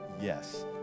yes